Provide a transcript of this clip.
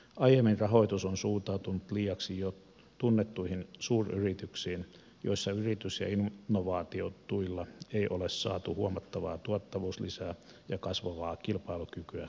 aiemmin rahoitus on suuntautunut liiaksi jo tunnettuihin suuryrityksiin joissa yritys ja innovaatiotuilla ei ole saatu huomattavaa tuottavuuslisää ja kasvavaa kilpailukykyä kansainvälistyville markkinoille